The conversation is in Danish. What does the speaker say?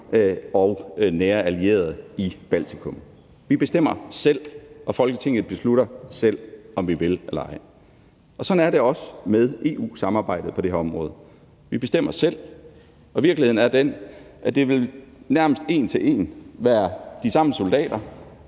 og nære allierede i Baltikum. Vi bestemmer selv, og Folketinget beslutter selv, om vi vil eller ej. Sådan er det også med EU-samarbejdet på det her område. Vi bestemmer selv. Virkeligheden er den, at det vel nærmest en til en vil være de samme soldater,